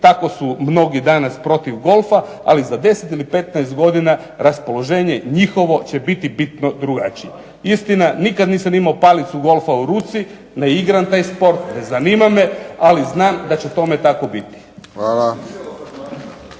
tako su mnogi danas protiv golfa, ali za 10 ili 15 godina raspoloženje njihovo će biti bitno drugačije. Istina nikada nisam imao palicu golfa u ruci, ne igram taj sport, ne zanima me, ali znam da će tome tako biti.